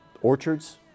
orchards